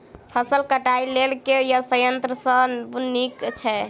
फसल कटाई लेल केँ संयंत्र सब नीक छै?